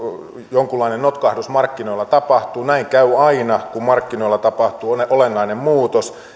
jonkunlainen notkahdus markkinoilla tapahtuu näin käy aina kun markkinoilla tapahtuu olennainen muutos